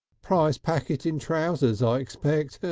prize packet in trousers, i expect,